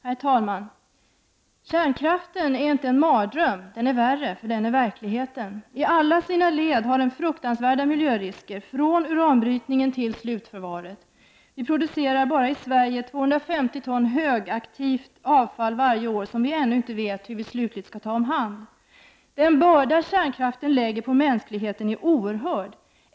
Herr talman! Kärnkraften är inte en mardröm. Den är värre, för den är verkligheten. I alla sina led medför den fruktansvärda miljörisker, från uranbrytningen till slutförvaret. Bara i Sverige producerar vi 250 ton högaktivt avfall varje år, som vi ännu inte vet hur vi slutligt skall ta hand om. Den börda kärnkraften lägger på mänskligheten är oerhörd.